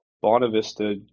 Bonavista